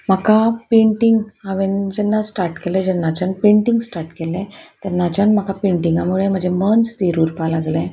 म्हाका पेंटींग हांवें जेन्ना स्टार्ट केले जेन्नाच्यान पेंटींग स्टार्ट केलें तेन्नाच्यान म्हाका पेंटिंगा मुळे म्हजें मन स्थिर उरपाक लागलें